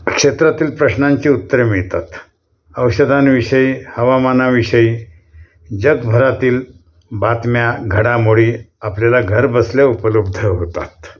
क्षेत्रातील प्रश्नांचे उत्तर मिळतात औषधां विषयी हवामाना विषयी जगभरातील बातम्या घडामोडी आपल्याला घरबसल्या उपलब्ध होतात